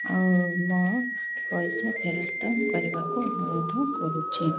ଆଉ ମୋ ପଇସା ଫେରସ୍ତ କରିବାକୁ ଅନୁରୋଧ କରୁଛି